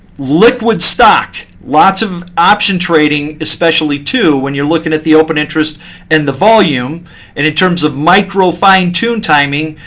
liquid stock, lots of option trading, especially too, when you're looking at the open interest and the volume. and in terms of microfine tune timing,